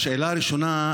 השאלה הראשונה,